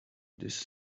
this